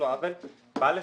בא לסניף,